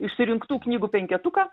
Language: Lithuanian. išsirinktų knygų penketuką